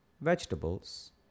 vegetables